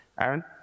Aaron